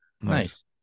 Nice